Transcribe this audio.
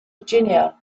virginia